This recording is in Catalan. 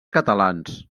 catalans